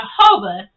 Jehovah